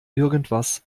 irgendetwas